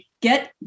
get